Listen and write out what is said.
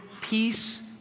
peace